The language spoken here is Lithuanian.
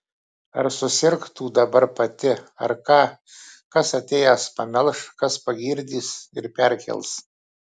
ar susirgtų dabar pati ar ką kas atėjęs pamelš kas pagirdys ir perkels